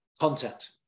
content